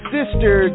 Sister